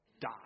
die